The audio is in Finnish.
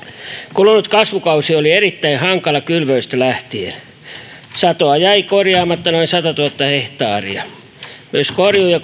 kulunut kasvukausi oli erittäin hankala kylvöistä lähtien satoa jäi korjaamatta noin satatuhatta hehtaaria myös korjuu ja